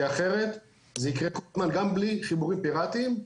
כי אחרת זה יקרה כל הזמן גם בלי חיבורים פיראטיים.